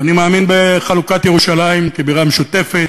ואני מאמין בחלוקת ירושלים כבירה משותפת,